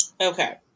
Okay